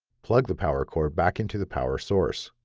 plug the power cord back into the power source.